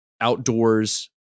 outdoors